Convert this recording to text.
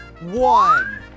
one